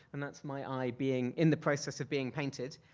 and that's my eye being, in the process of being painted,